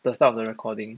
the start of the recording